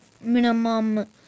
minimum